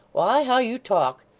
why, how you talk!